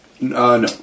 no